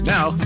Now